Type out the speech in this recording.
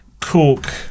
cork